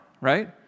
right